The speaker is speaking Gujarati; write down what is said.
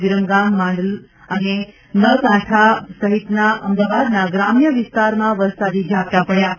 વિરમગામ માંડલ નળકાંઠા સહિતના અમદાવાદના ગ્રામ્ય વિસ્તારમાં વરસાદી ઝાપટાં પડ્યા છે